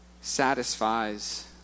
satisfies